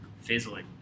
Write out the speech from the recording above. fizzling